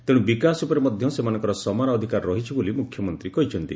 ତେଶୁ ବିକାଶ ଉପରେ ମଧ୍ଧ ସେମାନଙ୍କର ସମାନ ଅଧିକାର ରହିଛି ବୋଲି ମୁଖ୍ୟମନ୍ତୀ କହିଛନ୍ତି